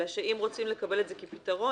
אלא שאם רוצים לקבל את זה כפתרון,